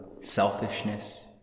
selfishness